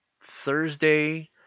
Thursday